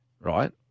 right